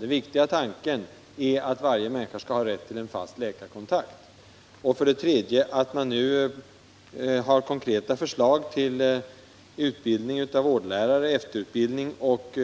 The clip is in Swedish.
Det viktiga är att varje människa skall ha rätt till en fast läkarkontakt. Att man nu har konkreta förslag till utbildning av vårdlärare, efterutbildning och